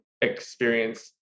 experience